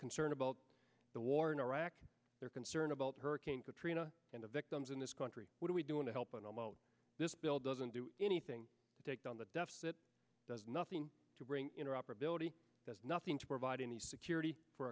concerned about the war in iraq they're concerned about hurricane katrina and the victims in this country what are we doing to help and although this bill doesn't do anything to take down the deficit does nothing to bring in our operability does not seem to provide any security for